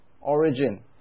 origin